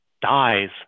dies